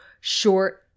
short